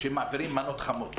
שמעבירים מנות חמות.